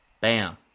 Bam